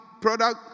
product